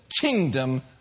kingdom